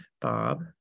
Bob